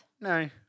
No